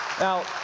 Now